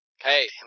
Hey